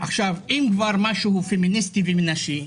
אם כבר משהו פמיניסטי ונשי,